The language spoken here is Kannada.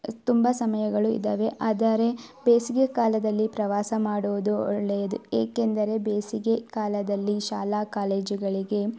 ತುಂಬ ಸಮಯಗಳು ಇದ್ದಾವೆ ಆದರೆ ಬೇಸಿಗೆ ಕಾಲದಲ್ಲಿ ಪ್ರವಾಸ ಮಾಡುವುದು ಒಳ್ಳೆಯದು ಏಕೆಂದರೆ ಬೇಸಿಗೆ ಕಾಲದಲ್ಲಿ ಶಾಲಾ ಕಾಲೇಜುಗಳಿಗೆ